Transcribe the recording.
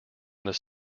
this